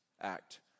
act